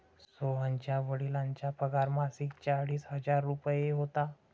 सोहनच्या वडिलांचा पगार मासिक चाळीस हजार रुपये होता